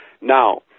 Now